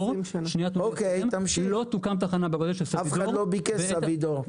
סבידור -- אף אחד לא ביקש סבידור.